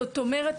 זאת אומרת,